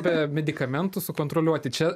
be medikamentų sukontroliuoti čia